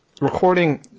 recording